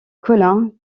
colin